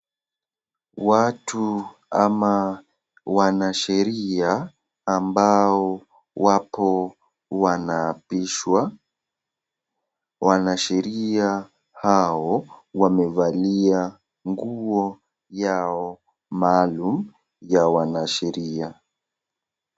Watu ama wanasheria, ambao wapo wanaapishwa, wanaashira hao, wamevalia nguo yao maalum ya wanasheria.